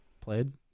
played